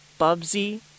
Bubsy